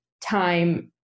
time